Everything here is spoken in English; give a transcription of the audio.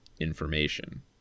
information